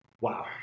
Wow